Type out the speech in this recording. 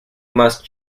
must